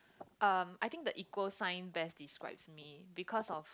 um I think the equal sign best describes me because of